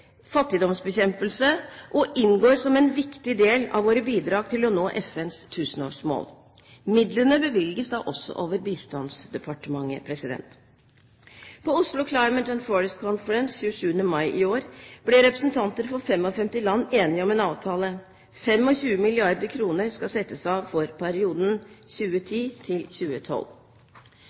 fattigdomsbekjempelse og inngår som en viktig del av våre bidrag til å nå FNs tusenårsmål. Midlene bevilges da også over bistandsbudsjettet. På Oslo Climate and Forest Conference 27. mai i år ble representanter for 55 land enige om en avtale. 25 mrd. kr skal settes av for perioden